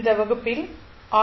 இந்த வகுப்பில் ஆர்